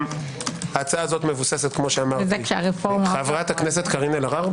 זה כשהרפורמה- -- חברת הכנסת קארין אלהרר,